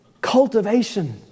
cultivation